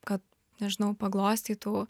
kad nežinau paglostytų